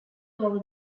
over